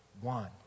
one